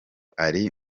ari